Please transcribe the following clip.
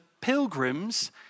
pilgrims